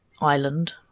island